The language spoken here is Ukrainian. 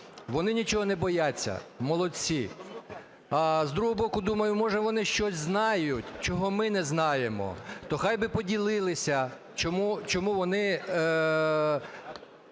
Вони нічого не бояться, молодці. А з другого боку, думаю: може, вони щось знають, чого ми не знаємо, то хай би поділилися, чому вони